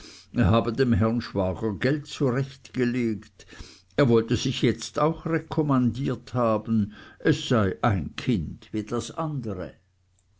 der habe dem herr schwager geld zurechtgelegt er wolle sich jetzt auch rekommandiert haben es sei ein kind wie das andere